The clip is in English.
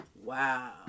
Wow